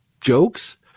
jokes